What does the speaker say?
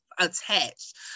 attached